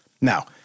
Now